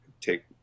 take